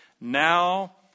now